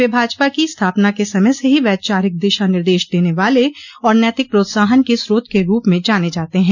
वे भाजपा की स्थापना के समय से ही वैचारिक दिशा निर्देश देने वाले और नैतिक प्रोत्साहन के स्रोत के रूप में जाने जाते हैं